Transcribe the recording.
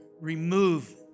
remove